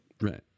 Right